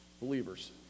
Believers